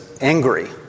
angry